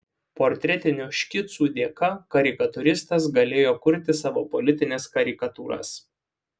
portretinių škicų dėka karikatūristas galėjo kurti savo politines karikatūras